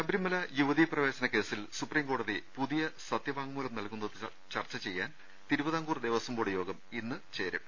ശബരിമല യുവതീ പ്രവേശന കേസിൽ സുപ്രീംകോടതി പുതിയ സത്യവാങ്മൂലം നൽകുന്നത് ചർച്ച ചെയ്യാൻ തിരുവിതാംകൂർ ദേവസം ബോർഡ് ഇന്ന് യോഗം ചേരും